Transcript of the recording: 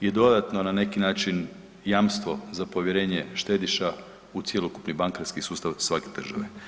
je dodatno na neki način jamstvo za povjerenje štediša u cjelokupni bankarski sustav svake države.